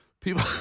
People